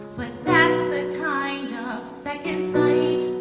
but that's the kind of second side